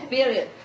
Period